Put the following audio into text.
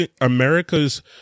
America's